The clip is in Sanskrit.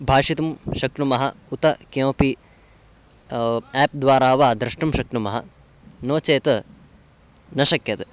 भाषितुं शक्नुमः उत किमपि आप् द्वारा वा द्रष्टुं शक्नुमः नो चेत् न शक्यते